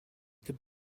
could